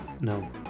No